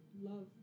love